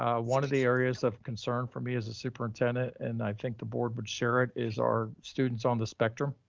ah one of the areas of concern for me as a superintendent, and i think the board would share it is our students on the spectrum.